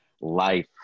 life